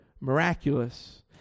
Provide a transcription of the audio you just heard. miraculous